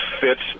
fits